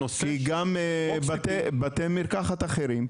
כי גם בתי מרקחת אחרים,